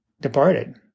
departed